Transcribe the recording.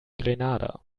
grenada